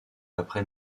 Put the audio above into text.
après